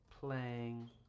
Playing